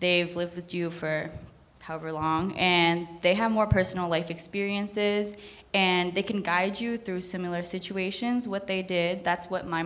they've lived with you for however long and they have more personal life experiences and they can guide you through similar situations what they did that's what my